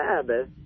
sabbath